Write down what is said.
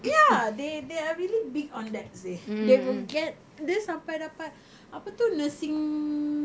ya they they are really big on that seh they will get dia sampai dapat apa tu nursing